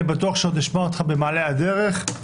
אני בטוח שנשמע אותך במעלה הדרך.